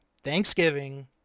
Thanksgiving